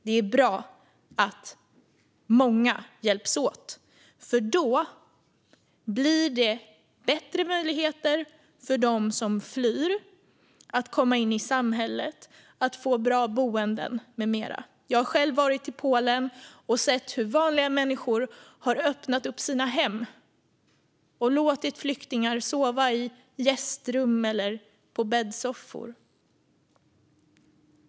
Det är bra att många hjälps åt, för då blir det bättre möjligheter för dem som flyr att komma in i samhället, få bra boende med mera. Jag har själv varit i Polen och sett hur vanliga människor öppnat upp sina hem och låtit flyktingar sova i gästrum eller på bäddsoffor.